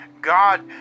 God